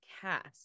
cast